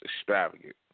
extravagant